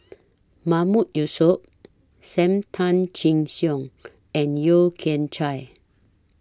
Mahmood Yusof SAM Tan Chin Siong and Yeo Kian Chye